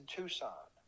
Tucson